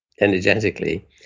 energetically